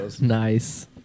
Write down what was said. Nice